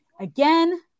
Again